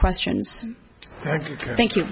questions thank you